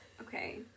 Okay